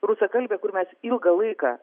rusakalbė kur mes ilgą laiką